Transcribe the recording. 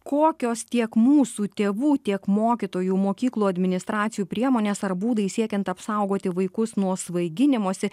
kokios tiek mūsų tėvų tiek mokytojų mokyklų administracijų priemonės ar būdai siekiant apsaugoti vaikus nuo svaiginimosi